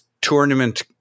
tournament